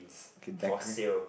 okay deco~